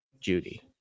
Judy